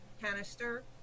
canister